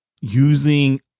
using